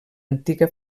antiga